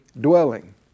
dwelling